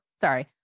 sorry